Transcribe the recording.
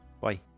Bye